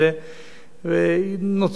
ונוצר מצב אצלנו,